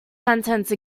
sentence